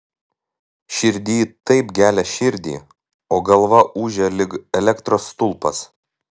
širdį taip gelia širdį o galva ūžia lyg elektros stulpas